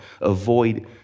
Avoid